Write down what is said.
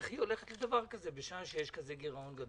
הולכת לדבר כזה בשעה שיש כזה גירעון גדול.